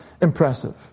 impressive